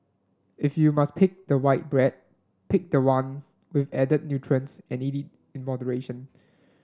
if you must pick the white bread pick the one with added nutrients and eat it in moderation